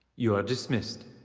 you are dismissed.